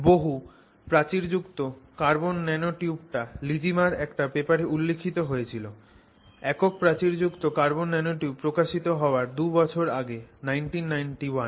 বহু প্রাচীরযুক্ত কার্বন ন্যানোটিউবটা লিজিমার একটা পেপারে উল্লেখিত হয়েছিল একক প্রাচীরযুক্ত কার্বন ন্যানোটিউব প্রকাশিত হওয়ার দুই বছর আগে 1991 এ